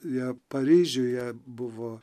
jie paryžiuje buvo